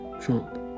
trump